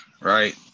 right